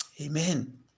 amen